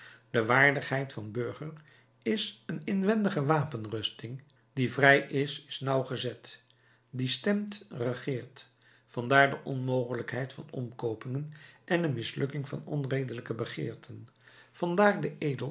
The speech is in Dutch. de waardigheid van burger is een inwendige wapenrusting die vrij is is nauwgezet die stemt regeert vandaar de onmogelijkheid van omkoopingen en de mislukking van onredelijke begeerten vandaar de